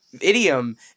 idiom